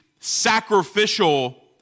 sacrificial